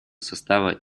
состава